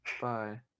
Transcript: bye